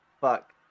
fuck